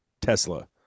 tesla